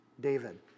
David